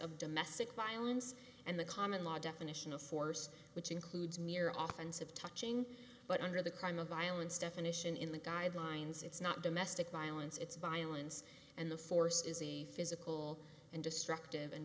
of domestic violence and the common law definition of force which includes mere often civil touching but under the crime of violence definition in the guidelines it's not domestic violence it's violence and the force is a physical and destructive and